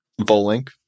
Volink